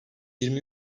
yirmi